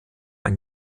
ein